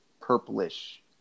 purplish